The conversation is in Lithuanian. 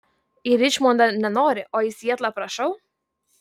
į ričmondą nenori o į sietlą prašau